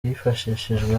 hifashishijwe